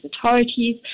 authorities